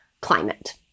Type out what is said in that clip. climate